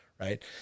right